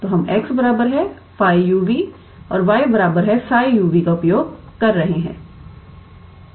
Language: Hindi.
तो हम 𝑥 𝜑 u v और 𝑦 𝜓𝑢 𝑣 का उपयोग कर रहे हैं